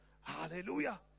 Hallelujah